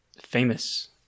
famous